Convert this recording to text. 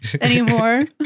anymore